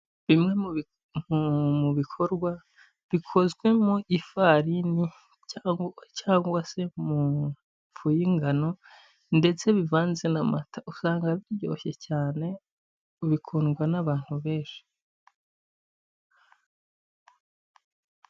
Bimwe mu bikorwa bikozwe mu ifarini cyangwa se mu ifu y'ingano ndetse bivanze na mata, usanga biryoshye cyane bikundwa n'abantu benshi.